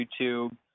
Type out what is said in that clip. YouTube